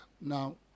Now